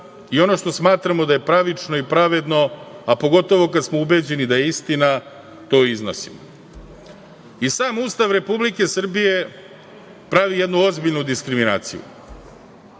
i ono što smatramo da je pravično i pravedno, a pogotovo kada smo ubeđeni da je istina to i iznosimo. Sam Ustav Republike Srbije pravi jednu ozbiljnu diskriminaciju.